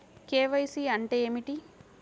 KYC అంటే ఏమిటి?